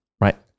Right